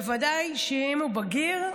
בוודאי שאם הוא בגיר,